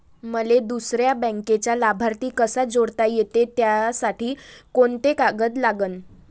मले दुसऱ्या बँकेचा लाभार्थी कसा जोडता येते, त्यासाठी कोंते कागद लागन?